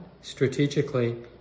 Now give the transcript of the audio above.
strategically